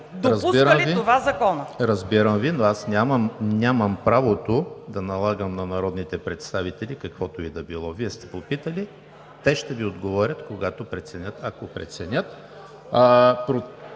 ЕМИЛ ХРИСТОВ: Разбирам Ви, но аз нямам правото да налагам на народните представители каквото и да било. Вие сте попитали, те ще Ви отговорят, когато преценят и ако преценят.